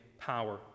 power